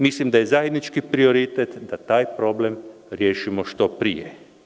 Mislim da je zajednički prioritet da taj problem rješimo što prije.